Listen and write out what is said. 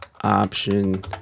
option